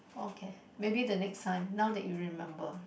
okay maybe the next time now that you remember